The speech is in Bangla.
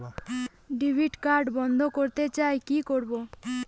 ডেবিট কার্ড বন্ধ করতে চাই কি করব?